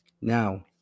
Now